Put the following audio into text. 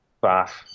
Bath